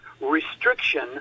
restriction